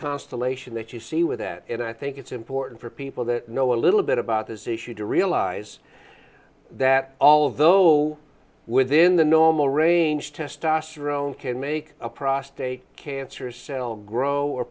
constellation that you see with that and i think it's important for people that know a little bit about this issue to realize that although within the normal range testosterone can make a prostate cancer cell grow or